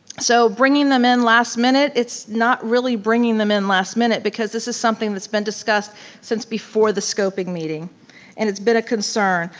so bringing them in last minute, it's not really bringing them in last minute because this is something that's been discussed since before the scoping meeting and it's been a concern.